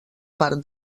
part